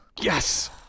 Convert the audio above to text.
yes